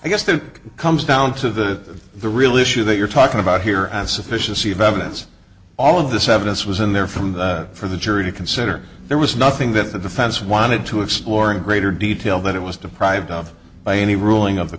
i guess that comes down to the real issue that you're talking about here and sufficiency of evidence all of this evidence was in there from the for the jury to consider there was nothing that the defense wanted to explore in greater detail that it was deprived of by any ruling of the